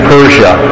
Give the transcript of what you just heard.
Persia